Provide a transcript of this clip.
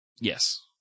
Yes